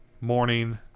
morning